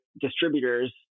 distributors